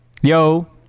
yo